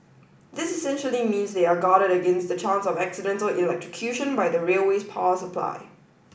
this essentially means they are guarded against the chance of accidental electrocution by the railway's power supply